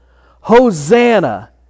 Hosanna